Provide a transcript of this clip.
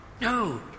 No